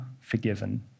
forgiven